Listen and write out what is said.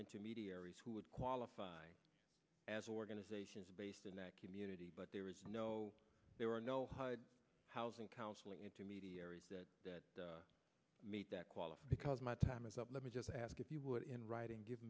intermediaries who would qualify as organizations based in that community but there is no there are no hud housing counseling intermediary that meet that qualify because my time is up let me just ask if you would in writing give